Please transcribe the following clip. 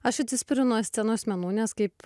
aš atsispiriu nuo scenos menų nes kaip